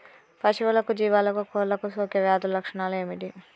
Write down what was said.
పశువులకు జీవాలకు కోళ్ళకు సోకే వ్యాధుల లక్షణాలు ఏమిటి?